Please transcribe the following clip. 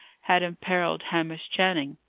had imperilled hamish channing.